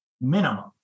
minimum